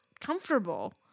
comfortable